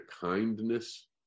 kindness